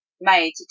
made